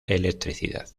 electricidad